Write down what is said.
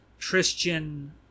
Christian